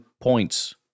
points